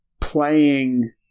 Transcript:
playing